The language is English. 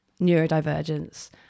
neurodivergence